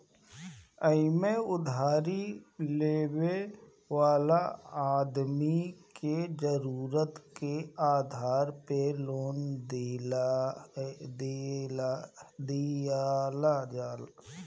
एमे उधारी लेवे वाला आदमी के जरुरत के आधार पे लोन दियाला